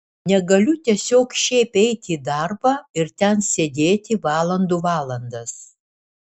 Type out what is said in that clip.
negaliu tiesiog šiaip eiti į darbą ir ten sėdėti valandų valandas